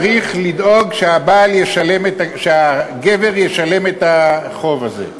צריך לדאוג שהגבר ישלם את החוב הזה.